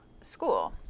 school